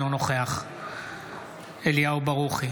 אינו נוכח אליהו ברוכי,